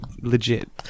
Legit